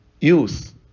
youth